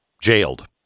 jailed